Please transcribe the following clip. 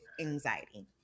anxiety